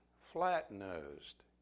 flat-nosed